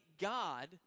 God